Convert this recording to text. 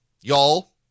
y'all